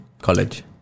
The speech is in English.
College